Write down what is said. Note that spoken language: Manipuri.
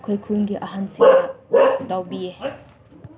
ꯑꯩꯈꯣꯏ ꯈꯨꯜꯒꯤ ꯑꯍꯟꯁꯤꯡꯅ ꯇꯧꯕꯤꯌꯦ